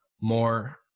more